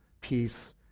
peace